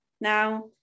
Now